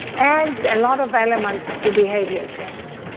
adds a lot of elements to behavior change